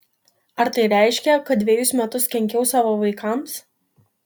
ar tai reiškia kad dvejus metus kenkiau savo vaikams